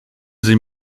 sie